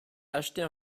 acheter